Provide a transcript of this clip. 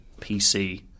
pc